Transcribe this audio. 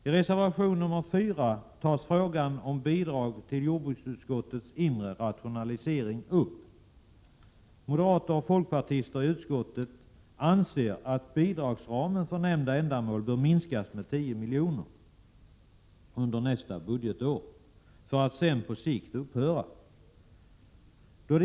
I reservation 4 tas frågan om bidrag till jordbrukets inre rationalisering upp. Moderater och folkpartister i utskottet anser att bidragsramen för nämnda ändamål bör minskas med 10 milj.kr. under nästa budgetår för att sedan på sikt upphöra.